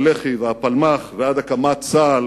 הלח"י והפלמ"ח ועד הקמת צה"ל